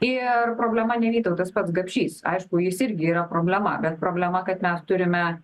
ir problema ne vytautas pats gapšys aišku jis irgi yra problema bet problema kad mes turime